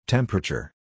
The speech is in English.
Temperature